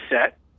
set